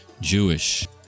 Jewish